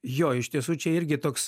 jo iš tiesų čia irgi toks